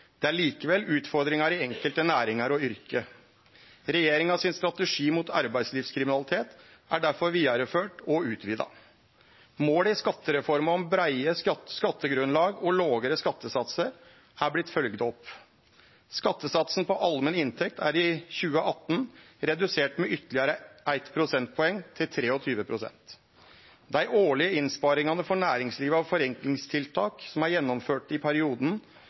Det er likevel utfordringar i enkelte næringar og yrke. Regjeringa sin strategi mot arbeidslivskriminalitet er derfor vidareført og utvida. Måla i skattereforma om breie skattegrunnlag og lågare skattesatsar har vorte følgde opp. Skattesatsen på allmenn inntekt er i 2018 redusert med ytterlegare eitt prosentpoeng, til 23 pst. Dei årlege innsparingane for næringslivet av forenklingstiltak som er gjennomførte i perioden